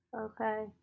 Okay